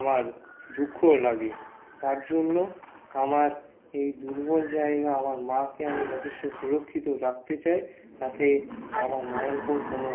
আমার দুঃখ লাগে তার জন্য আমার এই দুর্বল জায়গা আমার মাকে আমি যথেষ্ট সুরক্ষিত রাখতে চাই যাতে আমার মায়ের উপর কোনো